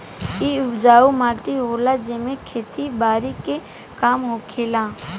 इ उपजाऊ माटी होला जेमे खेती बारी के काम होखेला